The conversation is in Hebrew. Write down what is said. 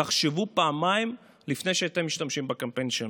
תחשבו פעמיים לפני שאתם משתמשים בקמפיין שלכם.